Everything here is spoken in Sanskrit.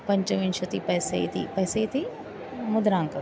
पञ्चविंशतिः पैसे इति पैसे इति मद्राङ्कः